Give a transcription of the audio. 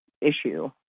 issue